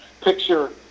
picture